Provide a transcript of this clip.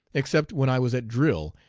except when i was at drill,